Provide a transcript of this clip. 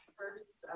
first